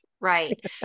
right